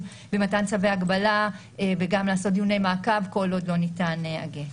במתן צווי הגבלה וגם לעשות דיוני מעקב כל עוד לא ניתן הגט.